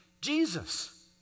Jesus